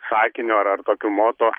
sakiniu ar ar tokiu moto